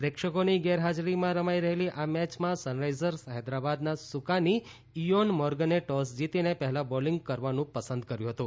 પ્રેક્ષકોની ગેરહાજરીમાં રમાઇ રહેલી આ મેચમાં સનરાઇઝર્સ હૌદરાબાદના સુકાની ઇયોન મોર્ગને ટોસ જીતીને પહેલાં બોલીંગ કરવાનું પસંદ કર્યું હતુ